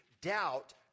doubt